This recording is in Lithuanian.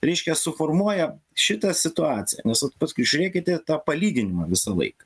reiškia suformuoja šitą situaciją nes vat paskui žiūrėkite tą palyginimą visą laiką